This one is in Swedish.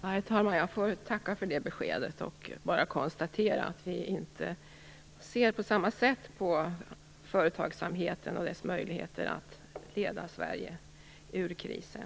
Herr talman! Jag får tacka för det beskedet och bara konstatera att vi inte ser på samma sätt på företagsamheten och dess möjligheter att leda Sverige ur krisen.